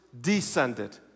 descended